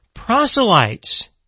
proselytes